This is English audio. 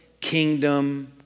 kingdom